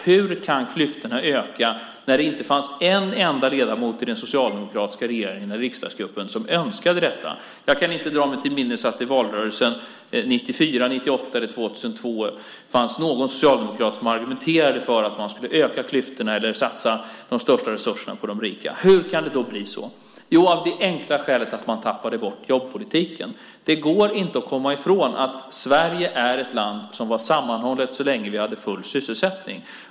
Hur kunde klyftorna öka när det inte fanns en enda socialdemokratisk ledamot i riksdagen eller medlem av den socialdemokratiska regeringen som önskade detta? Jag kan inte dra mig till minnes att det vid valrörelsen 1994, 1998 eller 2002 fanns en enda socialdemokrat som argumenterade för att man skulle öka klyftorna eller satsa de största resurserna på de rika. Hur kunde det då bli så? Jo, av det enkla skälet att man tappade bort jobbpolitiken. Det går inte att komma ifrån att Sverige var ett sammanhållet land så länge vi hade full sysselsättning.